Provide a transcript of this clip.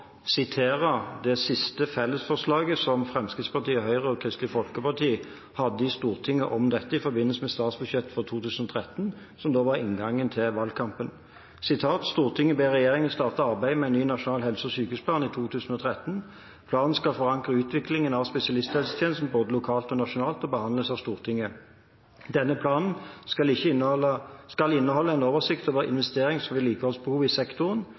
sitere det siste felles forslaget som Fremskrittspartiet, Høyre og Kristelig Folkeparti hadde i Stortinget om dette i forbindelse med statsbudsjettet for 2013, i inngangen til valgkampen: «Stortinget ber regjeringen starte arbeidet med en ny nasjonal helse- og sykehusplan i 2013. Planen skal forankre utviklingen av spesialisthelsetjenesten både lokalt og nasjonalt og behandles av Stortinget. Denne planen skal inneholde en oversikt over investerings- og vedlikeholdsbehovet i sektoren,